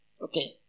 Okay